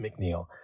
McNeil